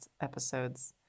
episodes